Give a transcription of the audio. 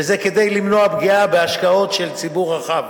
וזאת כדי למנוע פגיעה בהשקעות של הציבור הרחב.